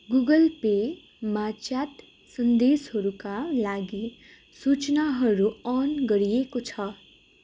Google पेमा chat सन्देशहरूका लागि सूचनाहरू अन गरिएको छ